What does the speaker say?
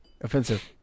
Offensive